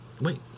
Wait